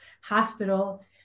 hospital